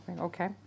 Okay